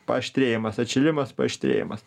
paaštrėjimas atšilimas paaštrėjimas